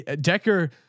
Decker